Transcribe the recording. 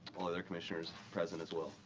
all other commissioners present as well.